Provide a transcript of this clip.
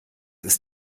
ist